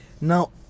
Now